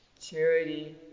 Charity